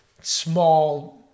small